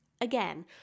again